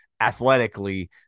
athletically